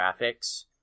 graphics